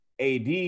ad